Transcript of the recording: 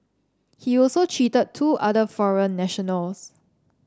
he also cheated two other foreign nationals